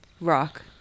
rock